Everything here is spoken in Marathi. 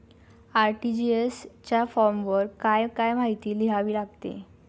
आर.टी.जी.एस च्या फॉर्मवर काय काय माहिती लिहावी लागते?